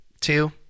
two